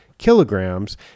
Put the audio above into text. kilograms